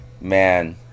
Man